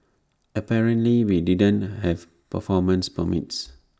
apparently we didn't have performance permits